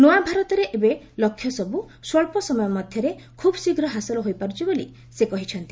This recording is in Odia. ନୂଆ ଭାରତରେ ଏବେ ଲକ୍ଷ୍ୟସର୍କ ସ୍ୱଚ୍ଚ ସମୟ ମଧ୍ୟରେ ଖୁବ୍ ଶୀଘ୍ର ହାସଲ ହୋଇପାରୁଛି ବୋଲି ସେ କହିଛନ୍ତି